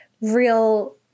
real